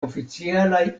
oficialaj